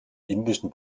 indischen